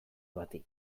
bati